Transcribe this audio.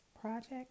project